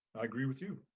i agree with you.